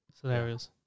scenarios